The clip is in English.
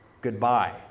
goodbye